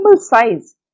size